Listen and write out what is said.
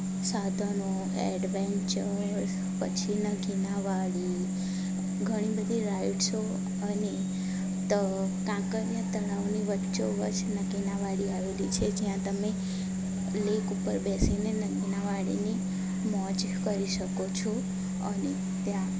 સાધનો એડવેન્ચર્સ પછી નકીના વાવડી ઘણી બધી રાઇડ્સો અને કાંકરિયા તળાવની વચ્ચોવચના નકીના વાવડી આવેલી છે જ્યાં તમે લેક ઉપર બેસીને નકીના વાવડીની મોજ કરી શકો છો અને ત્યાં